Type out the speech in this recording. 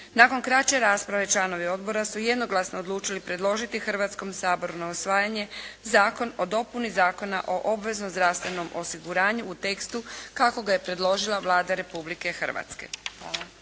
Nakon kraće rasprave članovi Odbora su jednoglasno odlučili predložiti Hrvatskome saboru na usvajanje Zakon o dopuni Zakon o obveznom zdravstvenom osiguranju u tekstu kako ga je predložila Vlada Republike Hrvatske.